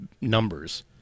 numbers